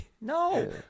No